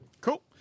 Cool